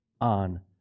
on